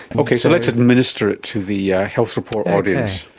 okay, so let's administer it to the yeah health report audience.